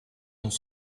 dans